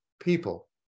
people